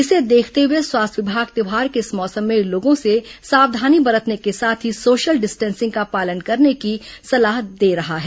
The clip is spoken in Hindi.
इसे देखते हुए स्वास्थ्य विभाग त्यौहार के इस मौसम में लोगों से सावधानी बरतने के साथ ही सोशल डिस्टेंसिंग का पालन करने की सलाह दी है